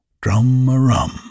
Drum-a-rum